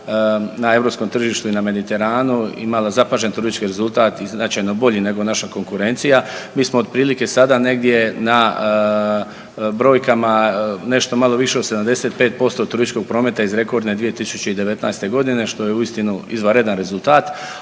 na europskom tržištu i na Mediteranu imala zapažen turistički rezultat i značajno bolji nego naša konkurencija. Mi smo otprilike sada negdje na brojkama nešto malo više od 75% turističkog prometa iz rekordne 2019. godine što je uistinu izvanredan rezultata.